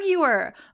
arguer